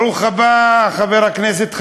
ברוך הבא, חבר הכנסת חזן.